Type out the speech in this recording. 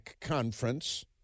conference